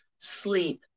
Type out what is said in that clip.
sleep